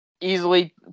easily